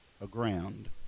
aground